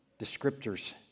descriptors